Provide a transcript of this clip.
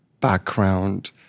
background